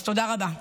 אז תודה רבה.